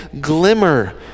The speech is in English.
glimmer